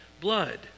blood